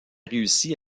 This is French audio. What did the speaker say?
réussi